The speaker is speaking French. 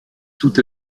toute